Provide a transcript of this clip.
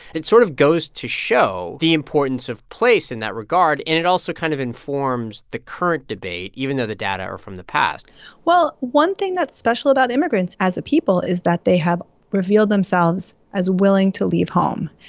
it sort of goes to show the importance of place in that regard, and it also kind of informs the current debate, even though the data are from the past well, one thing that's special about immigrants as a people is that they have revealed themselves as willing to leave home,